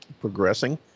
progressing